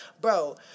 bro